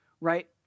right